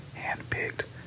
handpicked